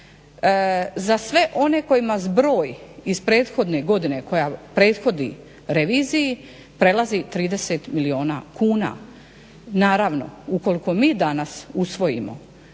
za sve one kojima zbroj iz prethodne godine koja prethodi reviziji prelazi 30 milijuna kuna. Naravno ukoliko mi danas usvojimo